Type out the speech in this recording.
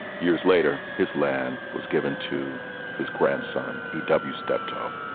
years later, his land was given to his grandson, e w. stepto.